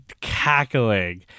cackling